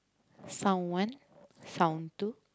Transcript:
some one some two